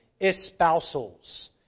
espousals